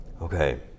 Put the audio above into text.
Okay